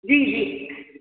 जी जी